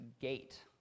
gate